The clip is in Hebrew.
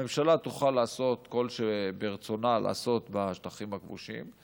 הממשלה תוכל לעשות כל שברצונה לעשות בשטחים הכבושים.